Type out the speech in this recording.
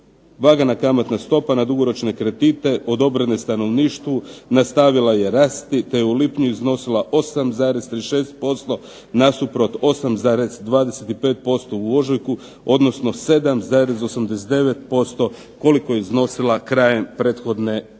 Vagana kamatna stopa na dugoročne kredite odobrene stanovništvu nastavila je rasti te je u lipnju iznosila 8,36% nasuprot 8,25% u ožujku, odnosno 7,89% koliko je iznosila krajem prethodne godine."